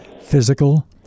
physical